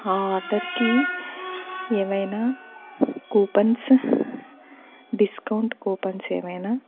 ఆ ఆర్డర్కి ఏవయినా కూపన్స్ డిస్కౌంట్ కూపన్స్ ఏవయినా